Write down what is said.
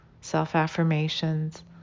self-affirmations